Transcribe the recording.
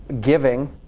giving